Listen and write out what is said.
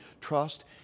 Trust